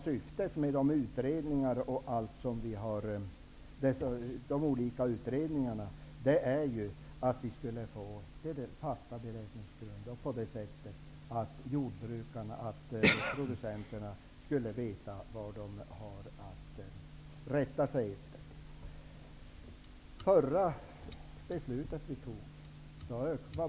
Syftet med de olika utredningarna är att vi skulle få fasta beräkningsgrunder så att producenterna, jordbrukarna, skall veta vad de har att rätta sig efter.